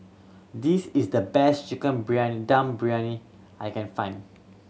this is the best Chicken Briyani Dum Briyani I can find